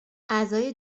اعضای